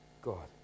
God